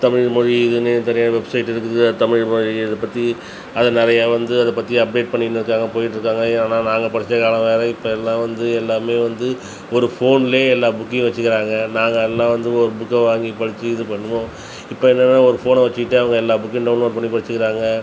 தமிழ் மொழி இதுக்குன்னு தனியாக வெப்சைட் இருக்குது அது தமிழ் மொழியை பற்றி அது நிறையா வந்து அதை பற்றி அப்டேட் பண்ணின்னு இருக்காங்க போயிட்ருக்காங்க ஏன்னால் நாங்கள் படித்த காலம் வேறு இப்போ எல்லாம் வந்து எல்லாமே வந்து ஒரு ஃபோனில் எல்லா புக்கையும் வச்சுக்கிறாங்க நாங்கள் எல்லாம் வந்து ஒரு புக்கை வாங்கி படித்து இது பண்ணுவோம் இப்போ என்னென்னா ஒரு ஃபோனை வச்சுட்டு அவங்க எல்லா புக்கையும் டவுன்லோட் பண்ணி படிச்சுக்கிறாங்க